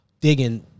digging